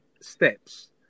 steps